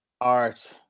art